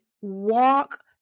Walk